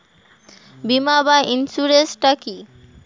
বিমা বা ইন্সুরেন্স টা কি?